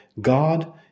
God